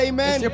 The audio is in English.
Amen